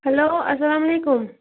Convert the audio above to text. hello السلام علیکُم